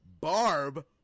Barb